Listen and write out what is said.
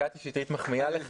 תוהה,